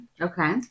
Okay